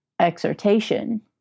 Exhortation